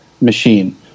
machine